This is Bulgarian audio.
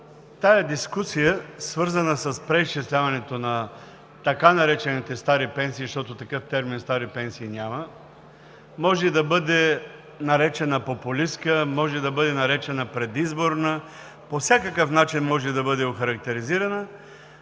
Тази дискусия, свързана с преизчисляването на така наречените стари пенсии, защото такъв термин „стари пенсии“ няма, може да бъде наречена популистка, може да бъде наречена предизборна. По всякакъв начин може да бъде охарактеризирана.